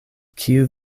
kiu